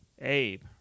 Abe